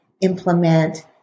implement